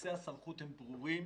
יחסי הסמכות הם ברורים,